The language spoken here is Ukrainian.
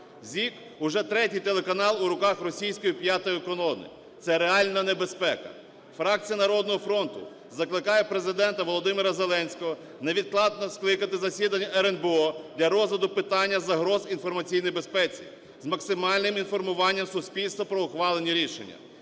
ZIK – вже третій телеканал в руках російської "п'ятої колони". Це реальна небезпека. Фракція "Народного фронту" закликає Президента Володимира Зеленського невідкладно скликати засідання РНБО для розгляду питання загроз інформаційній безпеці, з максимальним інформуванням суспільства про ухвалені рішення.